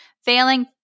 failing